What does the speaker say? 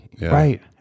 Right